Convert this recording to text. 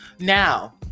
now